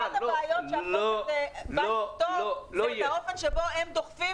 אחת הבעיות שהחוק הזה בא לפתור זה האופן שבו הם דוחפים